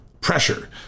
pressure